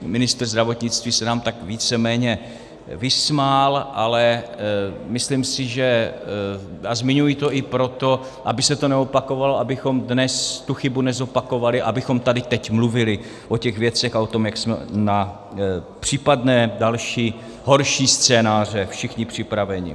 Ministr zdravotnictví se nám tak víceméně vysmál, ale myslím si, že a zmiňuji to i proto, aby se to neopakovalo, abychom dnes tu chybu nezopakovali, abychom tady teď mluvili o těch věcech a o tom, jak jsme na případné další horší scénáře všichni připraveni.